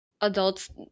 adults